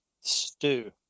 stew